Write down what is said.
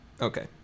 Okay